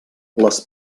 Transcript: les